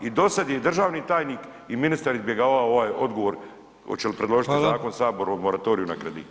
I do sada je i državni tajnik i ministar izbjegavao ovaj odgovor hoće li predložiti zakon Sabor o moratoriju na kredite.